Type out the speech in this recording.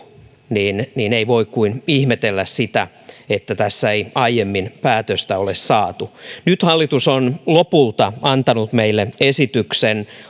niin niin ei voi kuin ihmetellä sitä että tässä ei aiemmin ole saatu päätöstä nyt hallitus on lopulta antanut meille esityksen